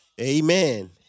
Amen